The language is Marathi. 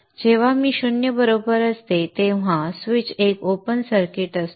जेव्हा I हे 0 असतो तेव्हा स्विच एक ओपन सर्किट असते